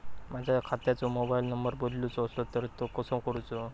माझ्या खात्याचो mobile number बदलुचो असलो तर तो कसो करूचो?